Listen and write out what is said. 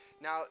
Now